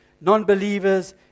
non-believers